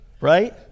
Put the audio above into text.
Right